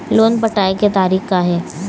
Loan पटाए के तारीख़ का हे?